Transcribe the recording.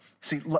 See